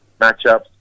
matchups